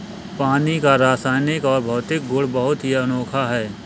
पानी का रासायनिक और भौतिक गुण बहुत ही अनोखा है